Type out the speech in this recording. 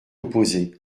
opposé